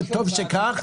וטוב שכך,